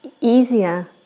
easier